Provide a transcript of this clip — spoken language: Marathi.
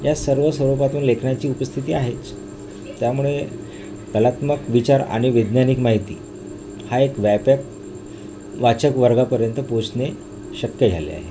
या सर्व स्वरूपातून लेखनाची उपस्थिती आहेच त्यामुळे कलात्मक विचार आणि वैज्ञानिक माहिती हा एक व्यापक वाचक वर्गापर्यंत पोचणे शक्य झाले आहे